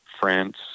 France